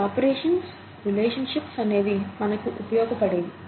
ఈ operations relationships అనేవి మనకి ఉపయోగపడేవి